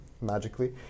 magically